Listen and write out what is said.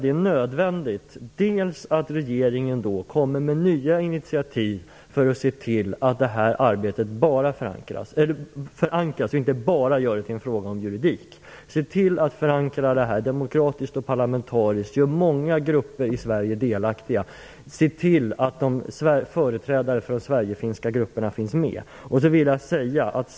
Det är nödvändigt att regeringen nu kommer med nya initiativ för att se till att arbetet förankras och inte bara gör det till en fråga om juridik. Se till att förankra arbetet demokratiskt och parlamentariskt. Gör många grupper i Sverige delaktiga. Se till att företrädare för de sverigefinska grupperna finns med.